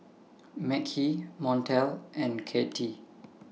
Mekhi Montel and Katy